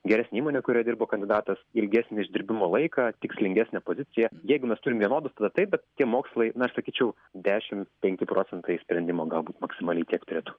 geresnę įmonę kurioje dirbo kandidatas ilgesnį išdirbimo laiką tikslingesnę poziciją jeigu mes turim vienodus tada taip bet tie mokslai na sakyčiau dešim penki procentai sprendimo galbūt maksimaliai tiek turėtų